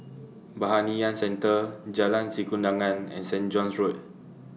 Centre Jalan Sikudangan and Saint John's Road